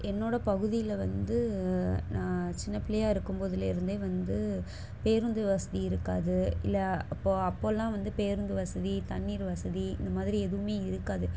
என்னோடய பகுதியில் வந்து நான் சின்ன பிள்ளையா இருக்கும்போதிலே இருந்தே வந்து பேருந்து வசதி இருக்காது இல்லை அப்போது அப்போவெல்லாம் வந்து பேருந்து வசதி தண்ணீர் வசதி இந்த மாதிரி எதுவுமே இருக்காது